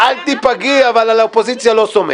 אל תיפגעי, אבל על האופוזיציה אני לא סומך.